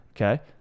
Okay